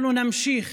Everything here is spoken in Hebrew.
אנחנו נמשיך